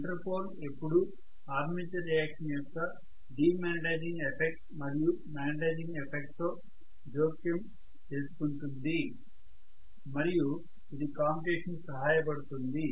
inter pole ఎప్పుడూ armature reaction యొక్క demagnetising effect మరియు మాగ్నెటైజింగ్ ఎఫెక్ట్తో జోక్యం చేసుకుంటుంది మరియు ఇది కామ్యుటేషన్ కి సహాయపడుతుంది